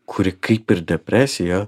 kuri kaip ir depresija